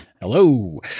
Hello